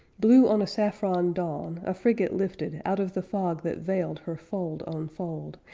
blue on a saffron dawn, a frigate lifted out of the fog that veiled her fold on fold,